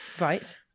Right